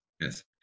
Yes